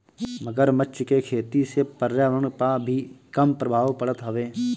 मगरमच्छ के खेती से पर्यावरण पअ भी कम प्रभाव पड़त हवे